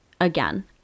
again